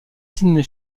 sydney